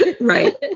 right